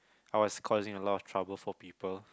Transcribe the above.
I was causing a lot of trouble for people